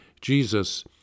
Jesus